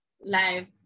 live